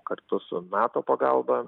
kartu su nato pagalba